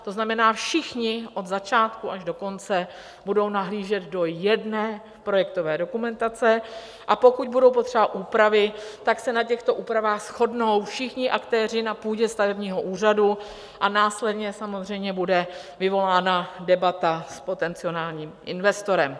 To znamená, všichni od začátku až do konce budou nahlížet do jedné projektové dokumentace, a pokud budou potřeba úpravy, tak se na těchto úpravách shodnou všichni aktéři na půdě stavebního úřadu a následně samozřejmě bude vyvolána debata s potenciálním investorem.